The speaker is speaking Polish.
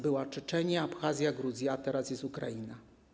Była Czeczenia, Abchazja, Gruzja, a teraz jest Ukraina.